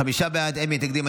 חמישה בעד, אין מתנגדים.